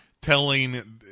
telling